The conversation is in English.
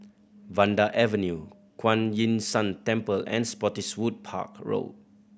Vanda Avenue Kuan Yin San Temple and Spottiswoode Park Road